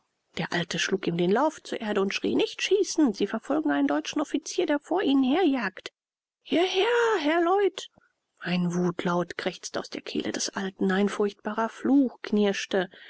der alte schlug ihm den lauf zur erde und schrie nicht schießen sie verfolgen einen deutschen offizier der vor ihnen herjagt hierher herr leut ein wutlaut krächzte aus der kehle des alten ein furchtbarer fluch knirschte